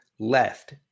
left